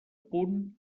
punt